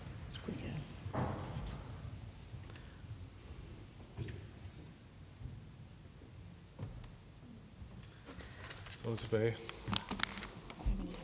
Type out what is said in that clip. Tak